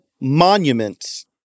monuments